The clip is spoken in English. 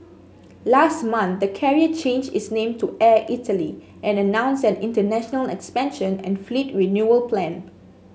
last month the carrier changed its name to Air Italy and announced an international expansion and fleet renewal plan